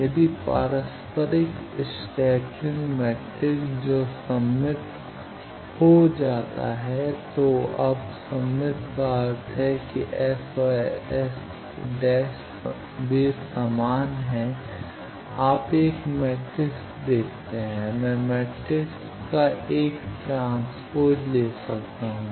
यदि पारस्परिक scattering matrix जो सममित हो जाता है तो अब सममित का अर्थ है कि S और S वे समान हैं आप एक मैट्रिक्स देखते हैं मैं मैट्रिक्स का एक ट्रांसपोज़ ले सकता हूं